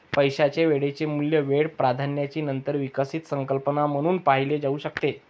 पैशाचे वेळेचे मूल्य वेळ प्राधान्याची नंतर विकसित संकल्पना म्हणून पाहिले जाऊ शकते